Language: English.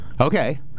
Okay